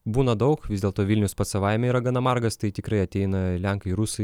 būna daug vis dėlto vilnius pats savaime yra gana margas tai tikrai ateina lenkai rusai